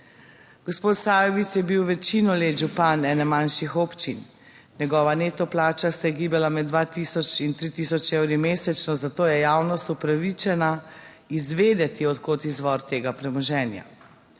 Gospod Sajovic je bil večino let župan ene manjših občin, njegova neto plača se je gibala med 2000 in 3000 evri mesečno, zato je javnost upravičena izvedeti, od kod izvor tega premoženja.